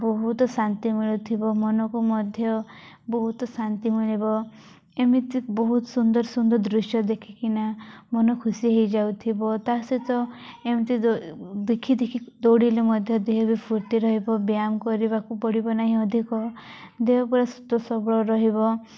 ବହୁତ ଶାନ୍ତି ମିଳୁଥିବ ମନକୁ ମଧ୍ୟ ବହୁତ ଶାନ୍ତି ମିଳିବ ଏମିତି ବହୁତ ସୁନ୍ଦର ସୁନ୍ଦର ଦୃଶ୍ୟ ଦେଖିକିନା ମନ ଖୁସି ହେଇଯାଉଥିବ ତା ସହିତ ଏମିତି ଦେଖି ଦେଖି ଦୌଡ଼ିଲେ ମଧ୍ୟ ଦେହ ବି ଫୁର୍ତ୍ତି ରହିବ ବ୍ୟାୟାମ କରିବାକୁ ପଡ଼ିବ ନାହିଁ ଅଧିକ ଦେହ ପୁରା ସୁସ୍ଥ ସବଳ ରହିବ